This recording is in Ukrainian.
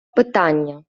питання